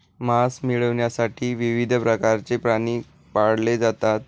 मांस मिळविण्यासाठी विविध प्रकारचे प्राणी पाळले जातात